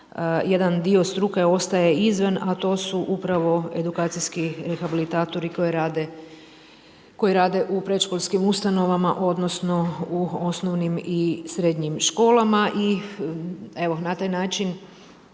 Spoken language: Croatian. jedan struke ostaje izvan a to su upravo edukacijski rehabilitatori koji rade u predškolskim ustanovama odnosno u osnovnim i srednjim školama i evo na taj način